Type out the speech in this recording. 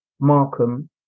Markham